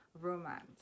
romance